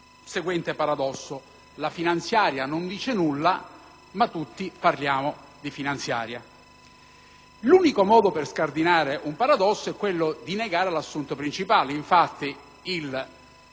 seguente paradosso: la finanziaria non dice nulla, ma tutti noi parliamo della finanziaria. L'unico modo per scardinare il paradosso è quello di negare l'assunto principale. Infatti, il